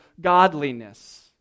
godliness